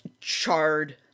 charred